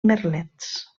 merlets